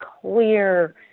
clear